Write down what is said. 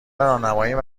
راهنماییم